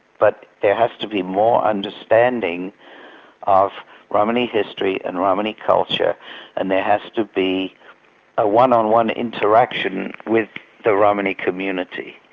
but there has to be more understanding of romani history, and romani culture and there has to be a one-on-one interaction with the romani community.